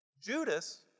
Judas